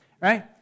right